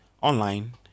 online